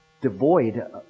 devoid